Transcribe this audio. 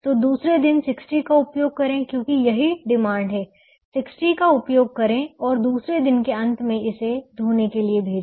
तो दूसरे दिन 60 का उपयोग करें क्योंकि यही डिमांड है 60 का उपयोग करें और दूसरे दिन के अंत में इसे धोने के लिए भेजें